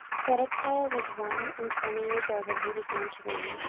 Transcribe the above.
zedekiah was one and twenty years old when he began to reign,